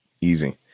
easy